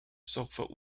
suffolk